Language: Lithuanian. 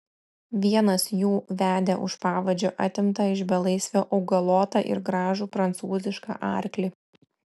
vienas jų vedė už pavadžio atimtą iš belaisvio augalotą ir gražų prancūzišką arklį